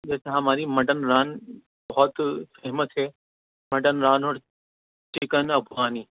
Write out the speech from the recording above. جیسے ہماری مٹن ران بہت فیمس ہے مٹن ران اور چکن افغانی